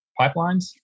pipelines